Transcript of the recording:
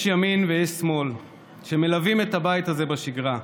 יש ימין ויש שמאל שמלווים את הבית הזה בשגרה.